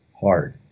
hard